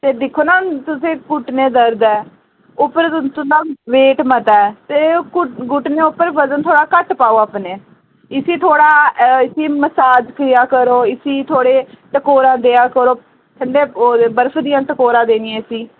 ते दिक्खो ना तुसें घुटने दर्द ऐ उपरा तुं'दा वेट मता ऐ ते घुटने उपर वजन थोडा घट्ट पाओ अपने इसी थोड़ा इसी थोड़ा मसाज देयै करो इसी थोड़ा टकोरां देयै करो ठंडे बरफ दियां टकोरां देनियां इसी